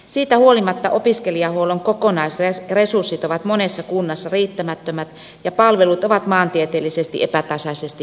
siitä huolimatta opiskelijahuollon kokonaisresurssit ovat monessa kunnassa riittämättömät ja palvelut ovat maantieteellisesti epätasaisesti jakautuneet